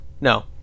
No